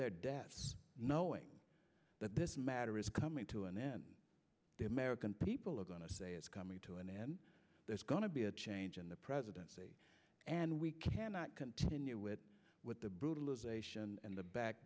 their death knowing that this matter is coming to an end the american people are going to say it's coming to an end there's going to be a change in the presidency and we cannot continue with what the brutalization and the back